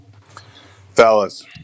Fellas